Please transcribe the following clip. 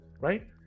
right